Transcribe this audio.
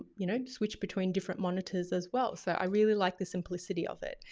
you know, switch between different monitors as well. so i really like the simplicity of it.